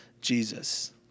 Jesus